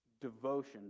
devotion